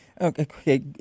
Okay